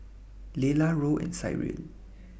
Layla Roe and Cyril